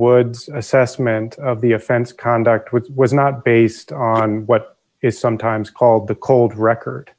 wood's assessment of the offense conduct which was not based on what is sometimes called the cold record